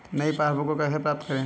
नई पासबुक को कैसे प्राप्त करें?